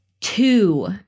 two